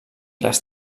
les